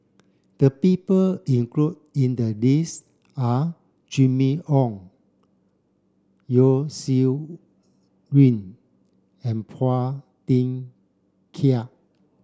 the people included in the list are Jimmy Ong Yeo Shih Yun and Phua Thin Kiay